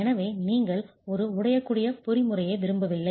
எனவே நீங்கள் ஒரு உடையக்கூடிய பொறிமுறையை விரும்பவில்லை